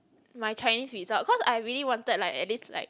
my Chinese result cause I really wanted like at least like